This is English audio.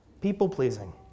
people-pleasing